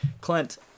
Clint